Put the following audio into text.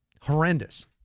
horrendous